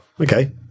okay